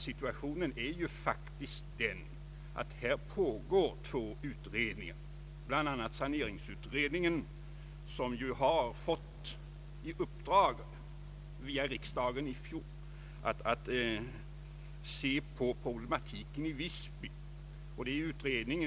Situationen är faktiskt den att två utredningar pågår — bland annat saneringsutredningen, som via fjolårets riksdag har fått i uppdrag att undersöka problemen när det gäller Visby.